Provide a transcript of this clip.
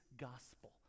gospel